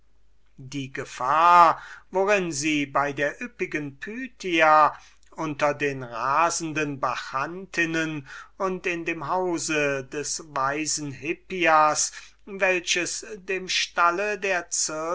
die gefahr worin sie bei der üppigen pythia unter den rasenden bachantinnen und in dem hause des weisen hippias welches dem stalle der